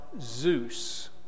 Zeus